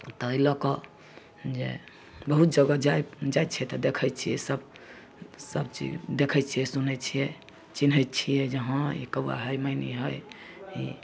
एहि लऽ कऽ बहुत जगह जाइत जाइत छियै तऽ देखैत छियै सभ सभचीज देखैत छियै सुनैत छियै चिन्हैत छियै जे हँ ई कौआ हइ मैनी हइ ई